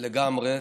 לגמרי.